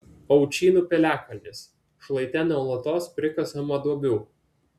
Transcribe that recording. aučynų piliakalnis šlaite nuolatos prikasama duobių